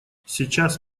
сейчас